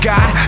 God